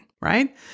right